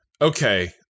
okay